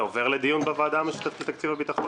זה עובר לדיון בוועדה המשותפת לתקציב הביטחון.